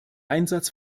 einsatz